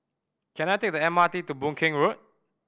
can I take the M R T to Boon Keng Road